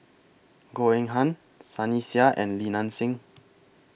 Goh Eng Han Sunny Sia and Li NAN Xing